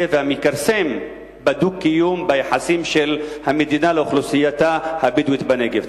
והמכרסם בדו-קיום ביחסים של המדינה לאוכלוסייתה הבדואית בנגב.